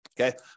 Okay